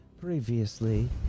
Previously